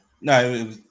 No